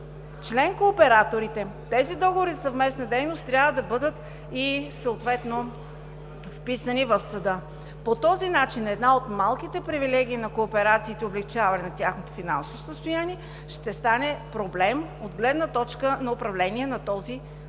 член-кооператорите, тези договори за съвместна дейност трябва да бъдат и съответно вписани в съда. По този начин една от малките привилегии на кооперациите – облекчаване на тяхното финансово състояние, ще стане проблем от гледна точка на управление на този процес.